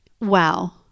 Wow